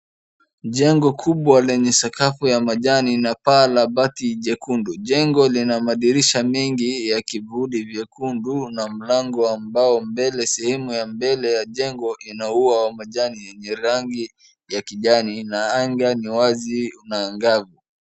Jengo kubwa lenye sakafu ya majani na paa la bati jekundu. Jengo lina madirisha mengi ya kivuli vyekundu na mlango wa mbao mbele. Sehemu ya mbele ya jengo ina ua wa majani yenye rangi ya kijani na anga ni wazi unaangaa...